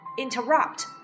Interrupt